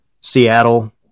Seattle